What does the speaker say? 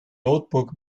notebook